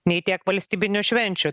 nei tiek valstybinių švenčių